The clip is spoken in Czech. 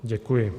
Děkuji.